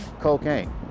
cocaine